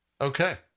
Okay